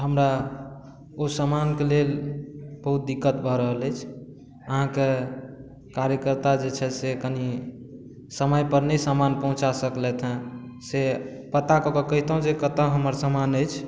हमरा ओ सामानके लेल बहुत दिक्कत भऽ रहल अछि अहाँके कार्यकर्ता जे छथि से कनि समय पर नहि सामान पहुँचा सकलथि है से पता कऽ कऽ कहितहुँ जे कतय हमर सामान अछि